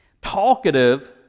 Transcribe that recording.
Talkative